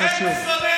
אתה מתחזה.